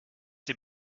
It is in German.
die